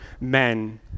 men